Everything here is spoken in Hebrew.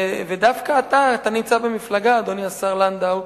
ודווקא אתה, אתה נמצא במפלגה, אדוני השר לנדאו,